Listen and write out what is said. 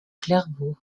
clairvaux